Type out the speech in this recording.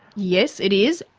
yes, it is.